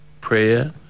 prayer